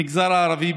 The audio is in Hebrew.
במגזר הערבי,